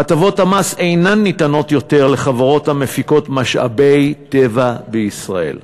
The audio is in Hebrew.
הטבות המס אינן ניתנות יותר לחברות המפיקות משאבי טבע בישראל,